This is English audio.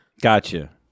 Gotcha